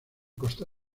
costa